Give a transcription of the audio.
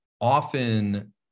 often